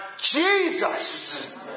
Jesus